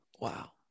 Wow